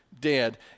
Dead